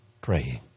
praying